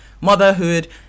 motherhood